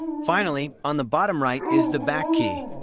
finally, on the bottom right is the back key.